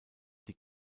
die